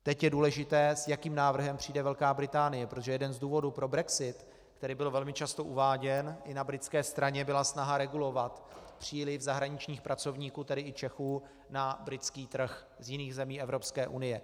Teď je důležité, s jakým návrhem přijde Velká Británie, protože jeden z důvodů pro brexit, který byl velmi často uváděn i na britské straně, byla snaha regulovat příliv zahraničních pracovníků, tedy i Čechů, na britský trh z jiných zemí Evropské unie.